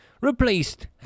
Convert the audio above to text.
replaced